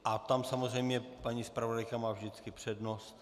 A tam samozřejmě paní zpravodajka má vždycky přednost.